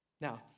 Now